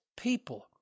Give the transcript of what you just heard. people